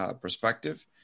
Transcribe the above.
perspective